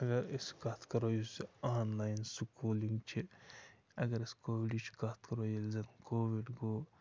اَگر أسۍ کَتھ کَرو یُس آن لایِن سکوٗلِنٛگ چھِ اگر أسۍ کووِڈٕچ کَتھ کَرو ییٚلہِ زَن کووِڈ گوٚو